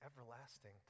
everlasting